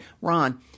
Ron